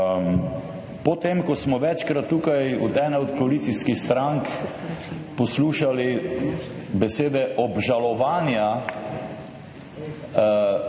potem ko smo večkrat tukaj od ene od koalicijskih strank poslušali besede obžalovanja